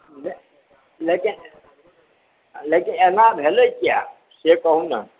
लेकिन लेकिन एना भेलै किया से कहू ने